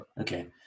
Okay